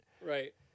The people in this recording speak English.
Right